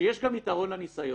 שיש גם יתרון לניסיון.